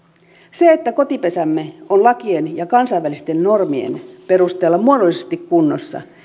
se että kotipesämme on lakien ja kansainvälisten normien perusteella muodollisesti kunnossa